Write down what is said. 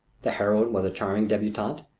the heroine was a charming debutante,